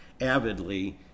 avidly